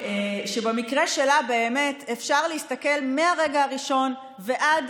שבמקרה שלה באמת אפשר להסתכל, מהרגע הראשון ועד